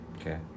Okay